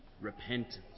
repentance